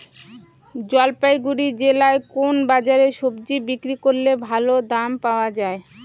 জলপাইগুড়ি জেলায় কোন বাজারে সবজি বিক্রি করলে ভালো দাম পাওয়া যায়?